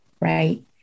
Right